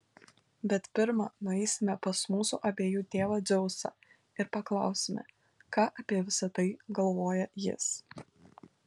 bet pirma nueisime pas mūsų abiejų tėvą dzeusą ir paklausime ką apie visa tai galvoja jis